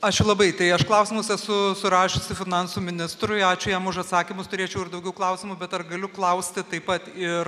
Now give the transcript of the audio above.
ačiū labai tai aš klausimus esu surašiusi finansų ministrui ačiū jam už atsakymus turėčiau ir daugiau klausimų bet ar galiu klausti taip pat ir